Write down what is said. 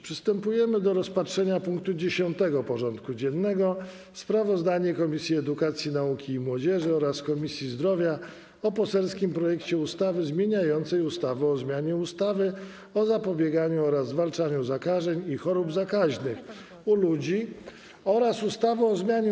Przystępujemy do rozpatrzenia punktu 10. porządku dziennego: Sprawozdanie Komisji Edukacji, Nauki i Młodzieży oraz Komisji Zdrowia o poselskim projekcie ustawy zmieniającej ustawę o zmianie ustawy o zapobieganiu oraz zwalczaniu zakażeń i chorób zakaźnych u ludzi oraz ustawę o zmianie